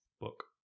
book